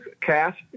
cast